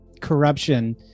corruption